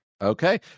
Okay